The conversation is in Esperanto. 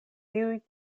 tiuj